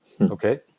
Okay